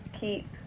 keep